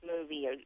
movie